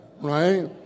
right